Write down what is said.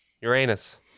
Uranus